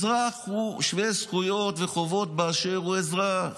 אזרח הוא שווה זכויות וחובות באשר הוא אזרח.